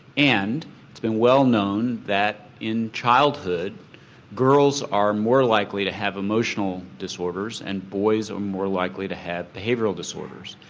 and it's been well known that in childhood girls are more likely to have emotional disorders and boys are more likely to have behavioural disorders.